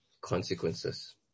consequences